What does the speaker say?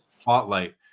spotlight